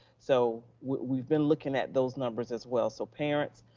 so we've been looking at those numbers as well. so parents,